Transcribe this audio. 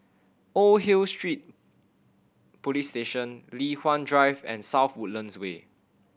Old Hill Street Police Station Li Hwan Drive and South Woodlands Way